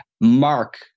Mark